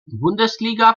bundesliga